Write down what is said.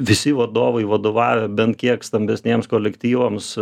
visi vadovai vadovavę bent kiek stambesniems kolektyvams